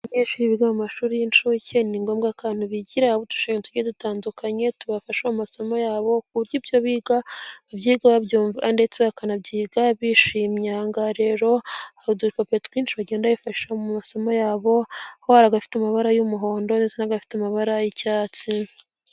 Abanyeshuri biga mu mashuri y'inshuke ni ngombwa ko ahantu bigira haba udushushanyo tugiye dutandukanye tubafasha mu masomo yabo, kuko ibyo biga babyiga babyumva ndetse bakanabyiga bishimiye. Ahangaha rero hari udupupe twinshi bagenda bifasha mu masomo yabo horagafite amabara y'umuhondo ndetse n'gafite amabara y'icyatsi.